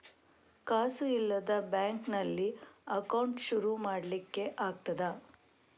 ಕಾಸು ಇಲ್ಲದ ಬ್ಯಾಂಕ್ ನಲ್ಲಿ ಅಕೌಂಟ್ ಶುರು ಮಾಡ್ಲಿಕ್ಕೆ ಆಗ್ತದಾ?